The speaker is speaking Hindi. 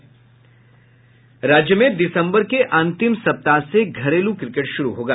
राज्य में दिसम्बर के अंतिम सप्ताह से घरेलू क्रिकेट शुरू होगा